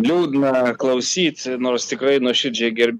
liūdna klausyt nors tikrai nuoširdžiai gerbiu